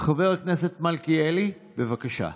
חבר הכנסת מלכיאלי, בבקשה.